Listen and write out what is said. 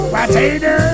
Potato